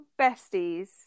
besties